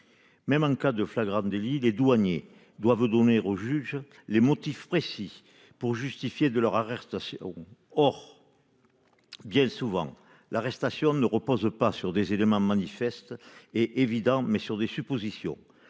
Même en cas de flagrant délit, les douaniers doivent donner au juge les motifs précis pour justifier de leur arrestation. Or. Bien souvent l'arrestation ne repose pas sur des éléments manifeste est évident mais sur des suppositions.